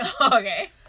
okay